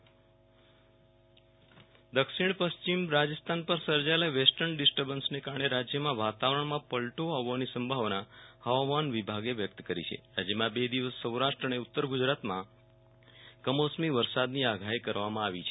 વિરલ રાણા કમોસમી વરસાદ દક્ષિણ પશ્ચિમ રાજસ્થાન પર સર્જાયેલા વેસ્ટર્ન ડિસ્ટબન્સને કારણે રાજ્યના વાતાવરણમાં પલ્ટો આવવાની સંભાવના હવામાન વિભાગે વ્યક્ત કરી છે રાજ્યમાં બે દિવસ સૌરાષ્ટ્ર અને ઉત્તરગુજરાતમાં કમોસમી વરસાદની આગાહી કરવામાં આવી છે